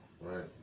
right